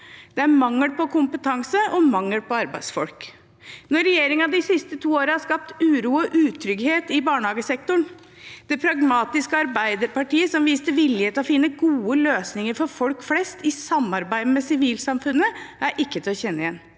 Det er mangel på kompetanse og mangel på arbeidsfolk. Nå har regjeringen de siste to årene skapt uro og utrygghet i barnehagesektoren. Det pragmatiske Arbeiderpartiet som viste vilje til å finne gode løsninger for folk flest i samarbeid med sivilsamfunnet, er ikke til å kjenne igjen.